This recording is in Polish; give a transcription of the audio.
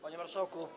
Panie Marszałku!